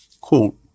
Quote